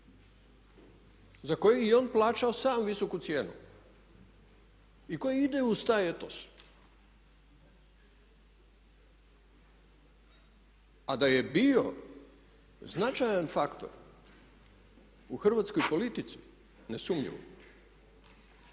za koji je i on plaćao sam visoku cijenu i koji ide uz taj etos. A da je bio značajan faktor u hrvatskoj politici nesumnjivo